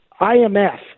IMF